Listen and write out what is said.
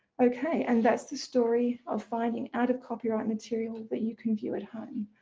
okay and that's the story of finding out of copyright material that you can view at home.